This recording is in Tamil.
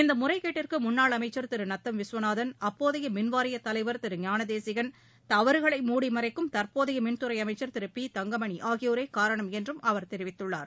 இந்த முறைகேட்டிற்கு முன்னாள் அமைச்சா் திரு நத்தம் விஸ்வநாதன் அப்போதைய மின்வாரிய தலைவர் திரு ஞானதேசிகன் தவறுகளை மூடி மறைக்கும் தற்போதைய மின்துறை அமைச்சா் திரு பி தங்கமணி ஆகியோரே காரணம் என்றும் அவர் தெரிவித்துள்ளார்